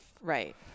Right